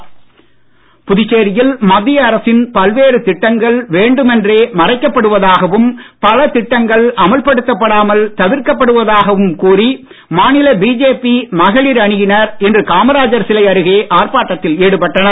BJP கைது புதுச்சேரியில் மத்திய திட்டங்கள் வேண்டுமென்றே மறைக்கப் படுவதாகவும் பல திட்டங்கள் அமல்படுத்தப்படாமல் தவிர்க்கப்படுவதாகவும் கூறி மாநில பிஜேபி மகளிர் அணியினர் இன்று காமராஜர் சிலை அருகே ஆர்ப்பாட்டத்தில் ஈடுபட்டனர்